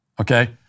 Okay